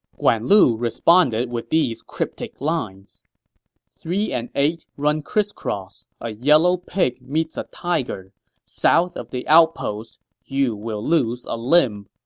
guan lu responded with these cryptic lines three and eight run crisscross a yellow pig meets a tiger south of the outpost you will lose a limb